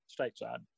stateside